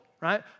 right